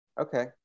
Okay